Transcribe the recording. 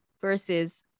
versus